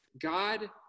God